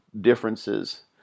differences